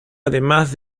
además